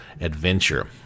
adventure